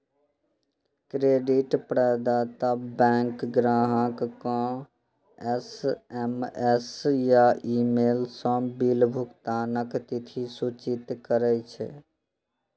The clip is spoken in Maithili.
क्रेडिट प्रदाता बैंक ग्राहक कें एस.एम.एस या ईमेल सं बिल भुगतानक तिथि सूचित करै छै